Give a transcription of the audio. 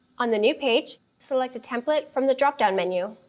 on the new page, select a template from the drop down menu.